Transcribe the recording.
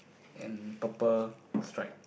and purple stripe